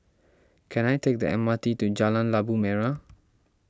can I take the M R T to Jalan Labu Merah